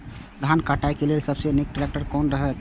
धान काटय के लेल सबसे नीक ट्रैक्टर कोन रहैत?